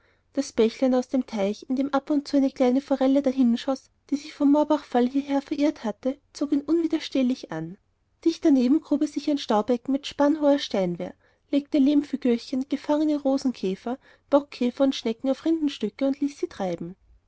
das bächlein aus dem teich in dem ab und zu eine kleine forelle dahinschoß die sich vom moorbachfall hierher verirrt hatte zog ihn unwiderstehlich an dicht daneben grub er sich ein staubecken mit spannhoher steinwehr legte lehmfigürchen gefangene rosenkäfer bockkäfer und schnecken auf rindenstücke und ließ sie treiben